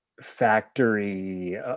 factory